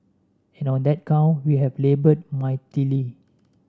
and on that count we have laboured mightily